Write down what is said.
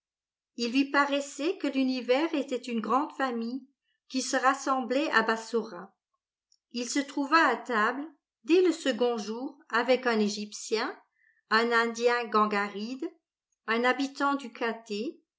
il lui paraissait que l'univers était une grande famille qui se rassemblait à bassora il se trouva à table dès le second jour avec un egyptien un indien gangaride un habitant du